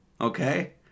Okay